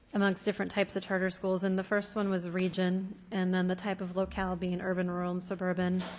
amongst different types of charter schools and the first one was region and then the type of locale being urban, rural, and suburban,